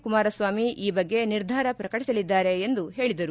ಕುಮಾರಸ್ವಾಮಿ ಈ ಬಗ್ಗೆ ನಿರ್ಧಾರ ಪ್ರಕಟಿಸಲಿದ್ದಾರೆ ಎಂದು ಹೇಳಿದರು